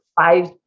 Five